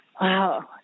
Wow